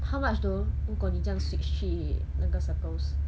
how much though 如果你这样 switch 去那个 circles